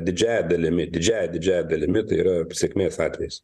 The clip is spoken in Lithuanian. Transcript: didžiąja dalimi didžiąja didžiąja dalimi tai yra sėkmės atvejis